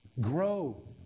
grow